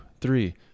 three